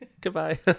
Goodbye